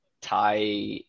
thai